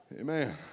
Amen